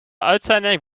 uitzending